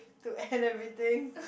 to end everything